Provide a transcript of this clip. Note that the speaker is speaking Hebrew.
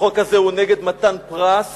החוק הזה הוא נגד מתן פרס